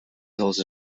dels